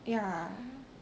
ya